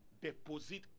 deposit